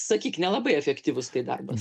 sakyk nelabai efektyvus tai darbas